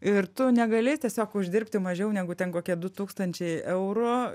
ir tu negali tiesiog uždirbti mažiau negu ten kokie du tūkstančiai eurų